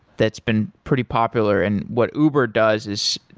that's been pretty popular. and what uber does is,